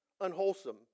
Unwholesome